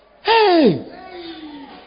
Hey